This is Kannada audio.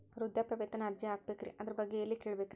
ವೃದ್ಧಾಪ್ಯವೇತನ ಅರ್ಜಿ ಹಾಕಬೇಕ್ರಿ ಅದರ ಬಗ್ಗೆ ಎಲ್ಲಿ ಕೇಳಬೇಕ್ರಿ?